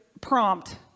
prompt